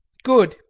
good!